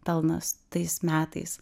pelnas tais metais